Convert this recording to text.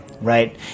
right